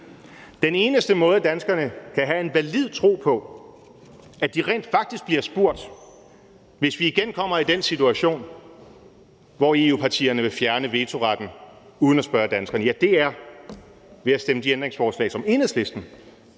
Den eneste måde, danskerne kan have en valid tro på, at de rent faktisk bliver spurgt, hvis vi igen kommer i den situation, hvor EU-partierne vil fjerne vetoretten uden at spørge danskerne, er ved at stemme de ændringsforslag igennem, som Enhedslisten,